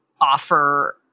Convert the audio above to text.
offer